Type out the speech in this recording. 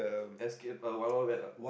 escape uh Wild-Wild-Wet ah